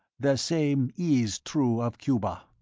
the same is true of cuba.